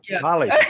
Molly